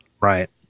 Right